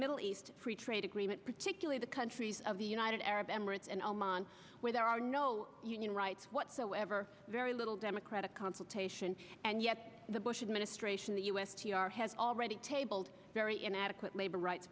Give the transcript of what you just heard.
middle east free trade agreement particularly the countries of the united arab emirates and oman where there are no rights whatsoever very little democratic consultation and yet the bush administration the u s has already tabled very inadequate labor rights